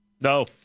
no